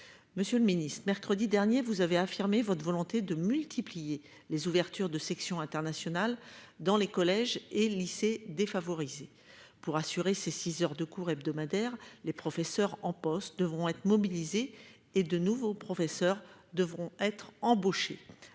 Monsieur le Ministre, mercredi dernier, vous avez affirmé votre volonté de multiplier les ouvertures de sections internationales dans les collèges et lycées défavorisés pour assurer ses 6h de cours hebdomadaires, les professeurs en poste devront être mobilisés et de nouveaux professeurs devront être embauché